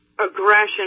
aggression